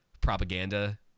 propaganda